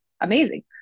amazing